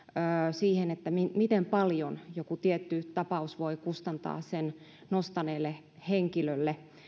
siihen miten paljon joku tietty tapaus voi kustantaa sen nostaneelle henkilölle